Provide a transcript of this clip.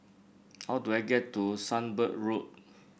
how do I get to Sunbird Road